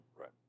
Right